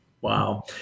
Wow